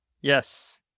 Yes